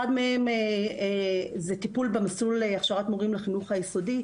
אחד מהם זה טיפול במסלול הכשרת מורים לחינוך היסודי,